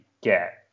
get